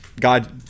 God